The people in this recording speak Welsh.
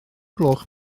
gloch